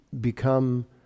become